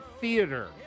Theater